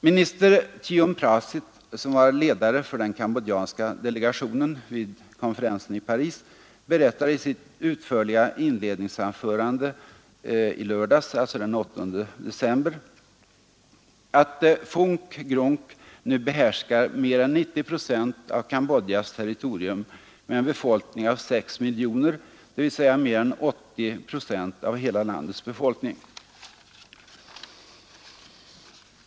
Minister Thiounn Prasith, som var ledare för den kambodjanska delegationen vid konferensen i Paris, berättade i sitt utförliga inledningsanförande i lördags, alltså den 8 december, att FUNK-GRUNC nu behärskar mer än 90 procent av Cambodjas territorium med en befolkning av 6 miljoner, dvs. mer än 80 procent av hela landets befolkning.